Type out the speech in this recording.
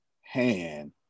hand